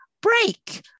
break